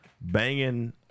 banging